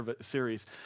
series